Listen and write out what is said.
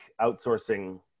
outsourcing